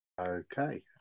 okay